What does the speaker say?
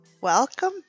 Welcome